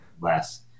less